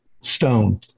stone